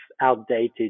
outdated